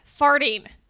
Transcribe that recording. farting